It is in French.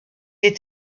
est